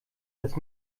dass